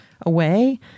away